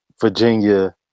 Virginia